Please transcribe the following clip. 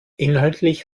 inhaltlich